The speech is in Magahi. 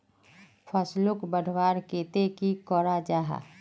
फसलोक बढ़वार केते की करा जाहा?